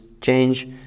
change